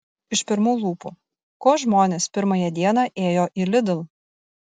iš pirmų lūpų ko žmonės pirmąją dieną ėjo į lidl